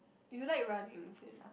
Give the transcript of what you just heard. you like running is it